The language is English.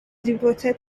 devoted